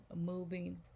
moving